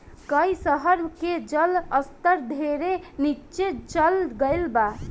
कई शहर के जल स्तर ढेरे नीचे चल गईल बा